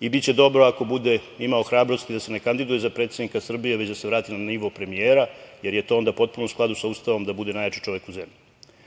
i biće dobro ako bude imao hrabrosti da se ne kandiduje za predsednika Srbije, već da se vrati na nivo premijera, jer je to onda potpuno u skladu sa Ustavom da bude najjači čovek u zemlji. Ono